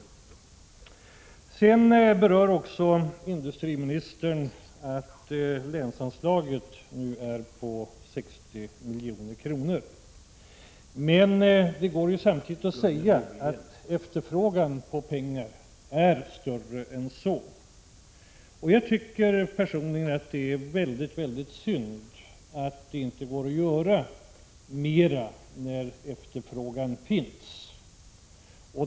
Industriministern berör också detta att länsanslaget nu är på 60 milj.kr. Men det kan samtidigt sägas att efterfrågan på pengar är större än så. Personligen tycker jag att det är synd att det inte finns möjlighet att göra mera, när efterfrågan finns.